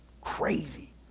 Crazy